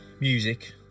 music